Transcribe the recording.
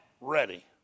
ready